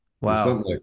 wow